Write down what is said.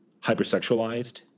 hypersexualized